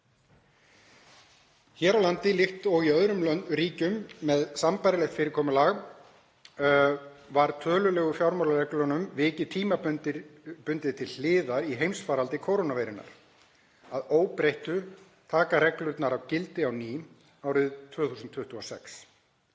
Hér á landi, líkt og í öðrum ríkjum með sambærilegt fyrirkomulag, var tölulegu fjármálareglunum vikið tímabundið til hliðar í heimsfaraldri kórónuveirunnar. Að óbreyttu taka reglurnar gildi á ný árið 2026.